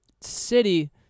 City